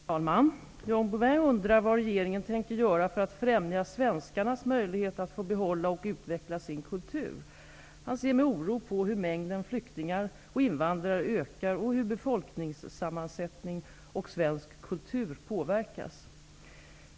Fru talman! John Bouvin undrar vad regeringen tänker göra för att främja svenskarnas möjligheter att få behålla och utveckla sin kultur. Han ser med oro på hur mängden flyktingar och invandrare ökar och hur befolkningssammansättning och svensk kultur påverkas.